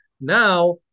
Now